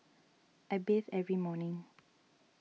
I bathe every morning